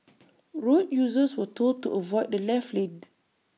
road users were told to avoid the left lane